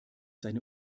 seine